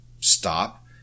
stop